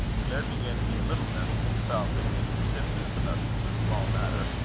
the laird began to be a little nettled himself at david's stiffness about such a small matter,